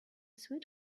sweet